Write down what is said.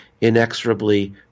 inexorably